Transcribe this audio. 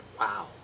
wow